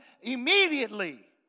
immediately